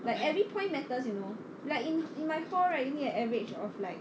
like every point matters you know like in my hall right you need an average of like